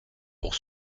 pour